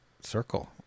circle